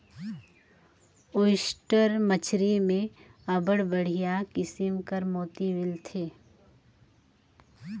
oyster मछरी में अब्बड़ बड़िहा किसिम कर मोती मिलथे